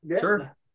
Sure